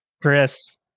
Chris